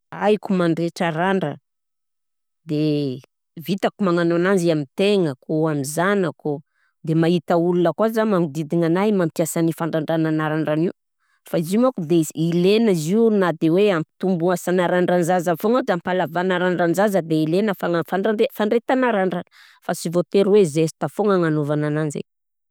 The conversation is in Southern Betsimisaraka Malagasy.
Haiko mandretra randrana de vitako magnano ananzy amin'ny tegnako, amin'ny zanako de mahita olona koà zah magnodidigna anahy ny fampiasana fandrandranana randrana io fa izio manko dez- ilaina zio na de hoe hampitombo asana randran-jaza foana, fampalavana randran-jaza de ilaina fagna- fandrate- fandretana randrana fa sy voatery hoe zesta foana agnanaovagna ananjy.